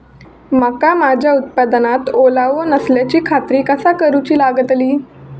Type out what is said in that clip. मका माझ्या उत्पादनात ओलावो नसल्याची खात्री कसा करुची लागतली?